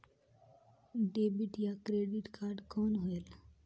Debit या credit card कौन होएल?